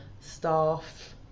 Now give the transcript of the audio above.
staff